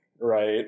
right